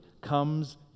comes